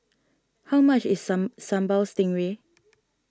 how much is Sam Sambal Stingray